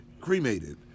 cremated